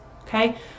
okay